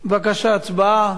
בבקשה, הצבעה.